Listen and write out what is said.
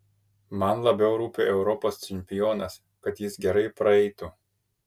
man labiau rūpi europos čempionas kad jis gerai praeitų